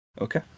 okay